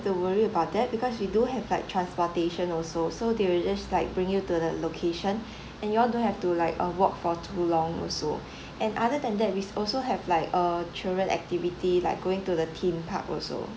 to worry about that because we do have like transportation also so they will just like bring you to the location and you all don't have to like uh walk for too long also and other than that we also have like err children activity like going to the theme park also